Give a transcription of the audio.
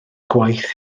gwaith